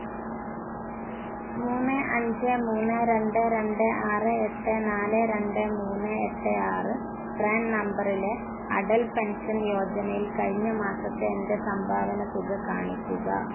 മൂന്ന് അഞ്ച് മൂന്ന് രണ്ട് രണ്ട് ആറ് എട്ട് നാല് രണ്ട് മൂന്ന് എട്ട് ആറ് പ്രാൻ നമ്പറിലെ അടൽ പെൻഷൻ യോജനയിൽ കഴിഞ്ഞ മാസത്തെ എന്റെ സംഭാവന തുക കാണിക്കുക